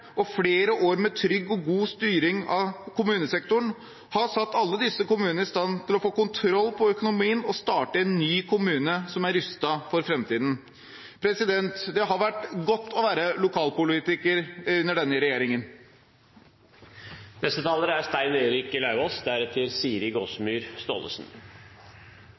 og flere år med trygg og god styring av kommunesektoren har satt alle disse kommunene i stand til å få kontroll på økonomien og starte en ny kommune som er rustet for framtiden. Det har vært godt å være lokalpolitiker under denne regjeringen.